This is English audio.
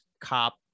cop